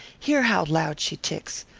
hear how loud she ticks.